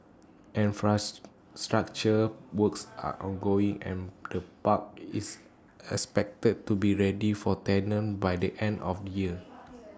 structure works are ongoing and the park is expected to be ready for tenants by the end of the year